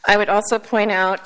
i would also point out